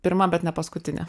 pirma bet ne paskutinė